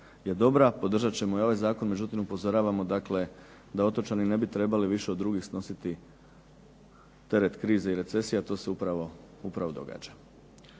je dobra. Podržat ćemo i ovaj zakon, međutim upozoravamo dakle da otočani ne bi trebali više od drugih snositi teret krize i recesije, a to se upravo događa.